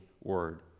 word